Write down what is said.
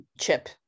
chip